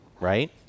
right